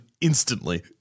instantly